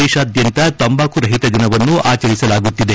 ದೇಶಾದ್ಯಂತ ತಂಬಾಕು ರಹಿತ ದಿನವನ್ನು ಆಚರಿಸಲಾಗುತ್ತಿದೆ